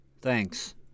Thanks